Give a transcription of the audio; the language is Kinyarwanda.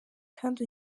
kandi